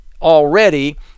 already